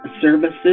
services